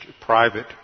private